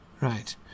Right